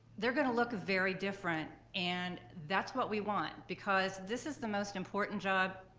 they're gonna look very different and that's what we want because this is the most important job,